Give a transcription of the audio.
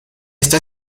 está